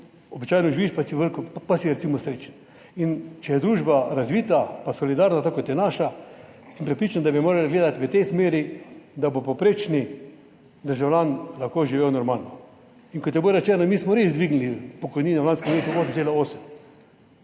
običajno živiš, in si recimo srečen. Če je družba razvita in solidarna, tako kot je naša, sem prepričan, da bi morali gledati v tej smeri, da bo povprečen državljan lahko živel normalno. Kot je bilo rečeno, mi smo res dvignili pokojnine v lanskem letu, za 8,8.